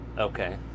okay